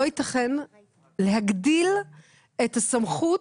לא ייתכן להגדיל את הסמכות,